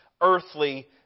earthly